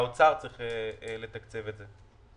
משרד האוצר צריך לתקצב את זה.